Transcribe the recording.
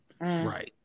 Right